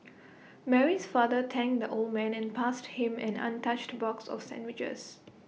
Mary's father thanked the old man and passed him an untouched box of sandwiches